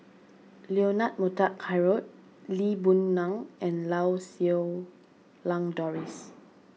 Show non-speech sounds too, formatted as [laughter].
Leonard Montague Harrod Lee Boon Ngan and Lau Siew Lang Doris [noise]